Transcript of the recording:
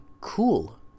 cool